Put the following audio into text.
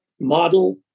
model